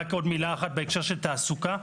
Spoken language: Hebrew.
בהקשר של תעסוקה,